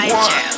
one